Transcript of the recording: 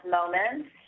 Moments